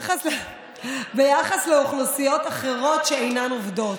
ביחס לאוכלוסיות אחרות שאינן עובדות.